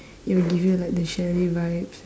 it will give you like the chalet vibes